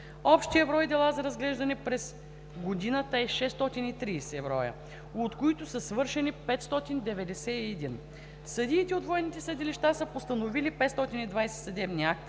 Общият брой дела за разглеждане през годината е 630, от които са свършени 591. Съдиите от военните съдилища са постановили 520